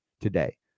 today